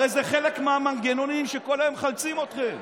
הרי זה חלק מהמנגנונים שכל היום מחלצים אתכם.